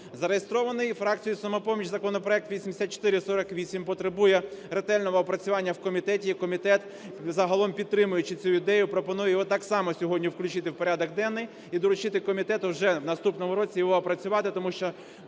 Зареєстрований фракцією "Самопоміч" законопроект 8448 потребує ретельного опрацювання в комітеті і комітет, загалом підтримуючи цю ідею, пропонує його так само сьогодні включити в порядок денний і доручити комітету вже в наступному році його опрацювати. Тому що